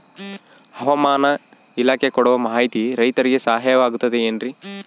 ಹವಮಾನ ಇಲಾಖೆ ಕೊಡುವ ಮಾಹಿತಿ ರೈತರಿಗೆ ಸಹಾಯವಾಗುತ್ತದೆ ಏನ್ರಿ?